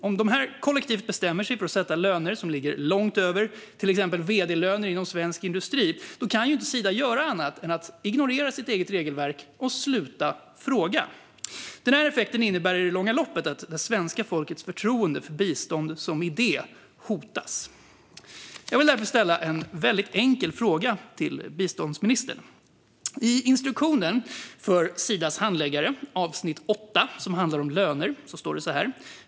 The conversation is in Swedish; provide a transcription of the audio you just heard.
Om dessa kollektivt bestämmer sig för att sätta löner och förmåner långt över exempelvis vd-löner inom svensk industri kan Sida inte göra annat än att ignorera sitt eget regelverk och sluta fråga. Den här effekten innebär i det långa loppet att svenska folkets förtroende för biståndet som idé hotas. Jag vill därför ställa en väldigt enkel fråga till biståndsministern. I instruktionen till Sidas handläggare, i avsnitt 8, som handlar om löner, står det så här.